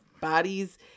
bodies